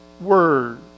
word